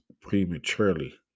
prematurely